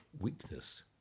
weakness